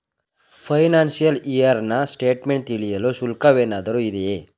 Financial year ನ statement ತಿಳಿಯಲು ಶುಲ್ಕವೇನಾದರೂ ಇದೆಯೇ?